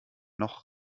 noch